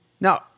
now